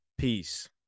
Peace